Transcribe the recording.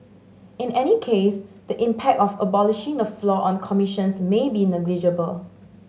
in any case the impact of abolishing the floor on commissions may be negligible